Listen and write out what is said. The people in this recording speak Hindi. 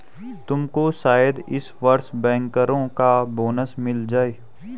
तुमको शायद इस वर्ष बैंकरों का बोनस मिल जाए